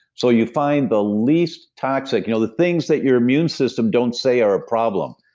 so you find the least toxic, you know the things that your immune system don't say are a problem.